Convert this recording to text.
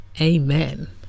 Amen